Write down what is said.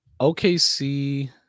OKC